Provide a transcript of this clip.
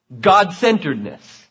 God-centeredness